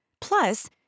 Plus